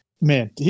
man